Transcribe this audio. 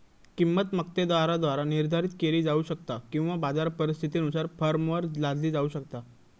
किंमत मक्तेदाराद्वारा निर्धारित केली जाऊ शकता किंवा बाजार परिस्थितीनुसार फर्मवर लादली जाऊ शकता